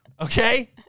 okay